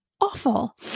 awful